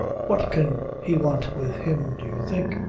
what can he want with him, do you think?